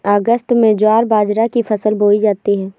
अगस्त में ज्वार बाजरा की फसल बोई जाती हैं